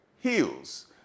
heals